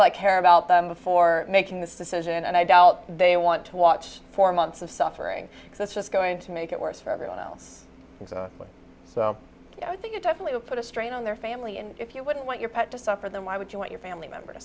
care about them before making this decision and i doubt they want to watch four months of suffering so it's just going to make it worse for everyone else and so i think it definitely put a strain on their family and if you wouldn't want your pet to suffer then why would you want your family member to